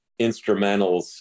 instrumentals